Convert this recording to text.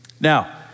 Now